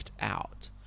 out